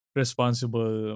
responsible